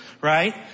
right